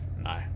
No